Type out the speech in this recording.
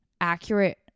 accurate